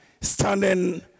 standing